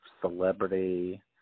celebrity